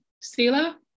Sila